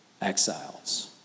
exiles